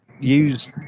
use